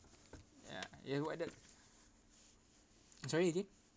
ya what that sorry again